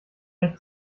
nicht